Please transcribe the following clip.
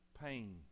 pain